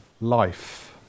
life